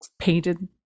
painted